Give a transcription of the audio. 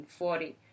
140